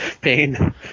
Pain